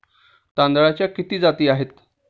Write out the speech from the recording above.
तांदळाच्या किती जाती आहेत?